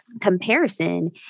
comparison